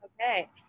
Okay